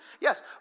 Yes